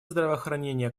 здравоохранения